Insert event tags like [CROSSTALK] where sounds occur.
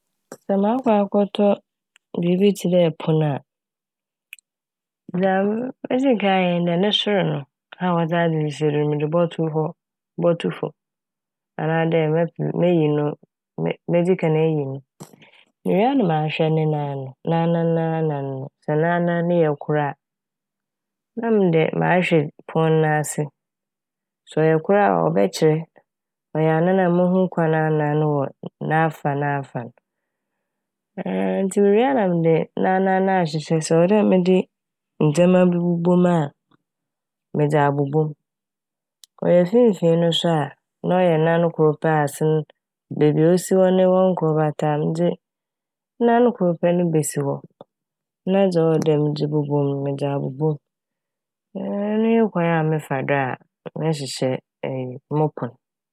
Sɛ makɔ akɔtɔ biibi tse dɛ pon a, dza mm- medzi kan ayɛ nye dɛ ne sor no a wɔdze adze si hɔ no medze bɔtɔ hɔ, bɔto famu, anaa dɛ mɛp- meyi no, me-medzi kan eyi no [HESITATION] Mewie a na mahwɛ ne nan no, n'anan anan no sɛ n'anan no yɛ kor a na mede, mahwɛ pon n'ase. Sɛ ɔyɛ kor a ɔbɛkyerɛ, ɔyɛ anan a mohu kwan anan no wɔ n'afa n'afa n'. [HESITATION] Ntsi mowie a na mede n'anan no ahyehyɛ, sɛ ɔwɔ dɛ mede ndzɛma bi bobɔ mu a, medze abobɔ m'. Ɔyɛ finfin no so a na ɔyɛ nan kor pɛ a ase n' beebi a osi hɔ no ronnkɔ hɔ ta a medze nan kor pɛ no besi hɔ ma dza ɔwɔ dɛ medze bobɔ mu no medze abobɔ m' [HESITATION] ɔno nye kwan a mɛfa do a mɛhyehyɛ mo pon.